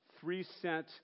three-cent